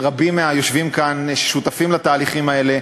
ורבים מהיושבים כאן שותפים לתהליכים האלה,